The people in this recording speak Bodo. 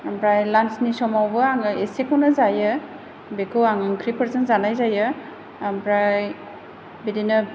ओमफ्राय लान्सनि समावबो आङो एसेखौनो जायो बेखौ आं ओंख्रिफोरजों जानाय जायो ओमफ्राय बिदिनो